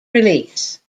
release